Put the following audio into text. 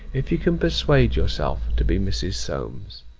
if you can persuade yourself to be mrs. solmes.